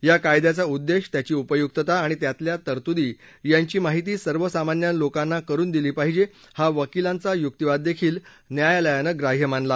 या कायद्याचा उद्देश त्याची उपयुक्तता आणि त्यातल्या तरतुदी यांची माहिती सर्वसामान्य लोकांना करून दिली पाहिजे हा वकिलांचा युक्तिवाद देखील न्यायालयानं ग्राह्य मानला